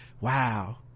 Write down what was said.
wow